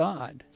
God